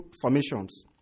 formations